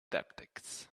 tactics